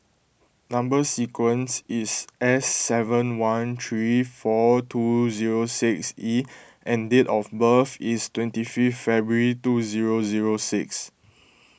Number Sequence is S seven one three four two zero six E and date of birth is twenty fifth February two zero zero six